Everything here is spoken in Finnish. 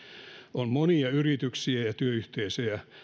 on monia yrityksiä ja ja työyhteisöjä